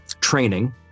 training